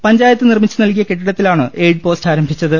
പഞ്ചായത്ത് നിർമ്മി ച്ചുനൽകിയ കെട്ടിടത്തിലാണ് എയ്ഡ്പോസ്റ്റ് ആരംഭിച്ചത്